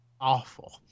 Awful